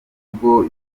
mvugo